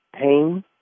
pain